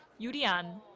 yoo li-an,